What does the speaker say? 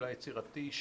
אולי יצירתי,